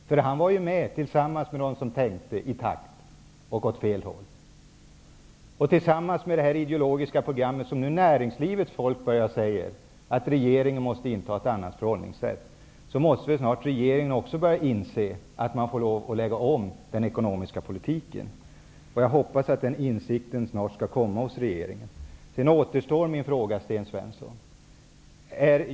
Han var ju med bland dem som tänkte i takt och åt fel håll. När det gäller det ideologiska programmet börjar nu näringslivets folk säga att regeringen måste inta ett annat förhållningsätt. Nu måste även regeringen snart börja inse att man får lov att lägga om den ekonomiska politiken. Jag hoppas att den insikten snart skall komma hos regeringen. Sedan återstår min fråga, Sten Svensson.